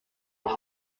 voie